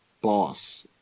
boss